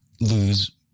lose